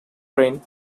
brain